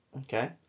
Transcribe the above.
Okay